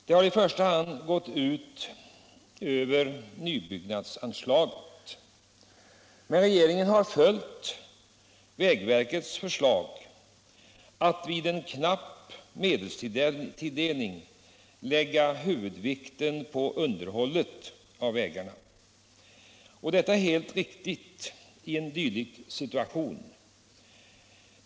Det har i första hand gått ut över nybyggnadsanslaget, men regeringen har följt vägverkets förslag att vid en knapp medelstilldelning lägga huvudvikten på underhållet av vägarna, och detta är helt riktigt i en dylik situation.